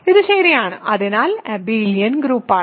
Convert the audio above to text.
ഇത് ശരിയാണ് അതിനാൽ അബെലിയൻ ഗ്രൂപ്പ് ആണ്